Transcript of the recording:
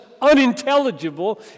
unintelligible